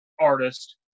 artist